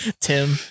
Tim